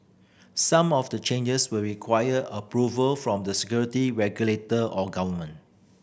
some of the changes will require approval from the security regulator or government